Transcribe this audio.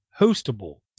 hostable